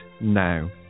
now